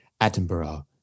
Attenborough